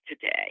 today